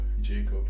Jacob